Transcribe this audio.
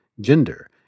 gender